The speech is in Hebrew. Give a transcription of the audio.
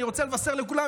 אני רוצה לבשר לכולם,